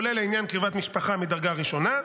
כולל עניין קרבת משפחה מדרגה ראשונה.